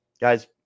Guys